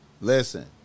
listen